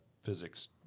physics